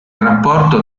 rapporto